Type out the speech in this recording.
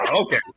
okay